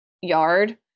yard